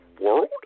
world